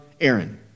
Aaron